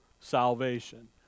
salvation